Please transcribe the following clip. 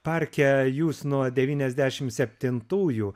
parke jūs nuo devyniasdešim septintųjų